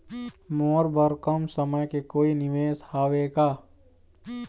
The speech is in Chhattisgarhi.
मोर बर कम समय के कोई निवेश हावे का?